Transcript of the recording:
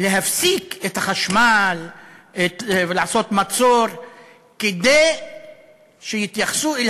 להפסיק את החשמל ולעשות מצור כדי שיתייחסו אל